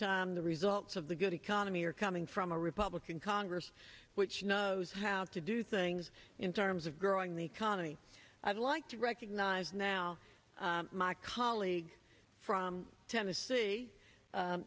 time the results of the good economy are coming from a republican congress which knows how to do things in terms of growing the economy i'd like to recognize now my colleague from tennessee